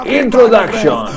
introduction